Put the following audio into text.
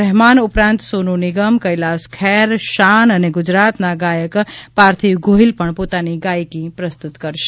રહેમાન ઉપરાંત સોનુ નિગમ કૈલાસ ખેર શાન અને ગુજરાતના ગાયક પાર્થિવ ગોહિલ પણ પોતાની ગાયકી પ્રસ્તુત કરશે